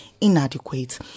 inadequate